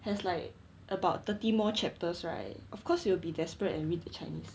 has like about thirty more chapters right of course you will be desperate and read the chinese